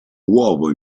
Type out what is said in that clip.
uovo